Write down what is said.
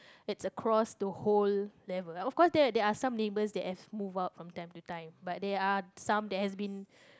it's across the whole level of course there there are some neighbours that have moved out from time to time but they are some that has been